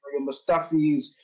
Mustafis